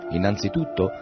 Innanzitutto